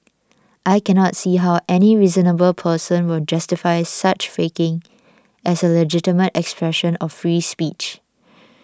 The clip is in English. I cannot see how any reasonable person will justify such faking as a legitimate expression of free speech